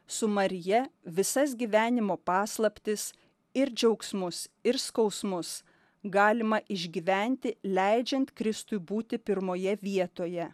su marija visas gyvenimo paslaptis ir džiaugsmus ir skausmus galima išgyventi leidžiant kristui būti pirmoje vietoje